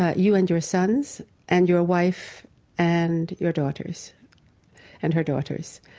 ah you and your sons and your wife and your daughters and her daughters.